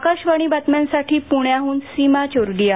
आकाशवाणी बातम्यांसाठी पूण्याहून सीमा चोरडिया